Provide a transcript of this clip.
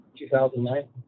2009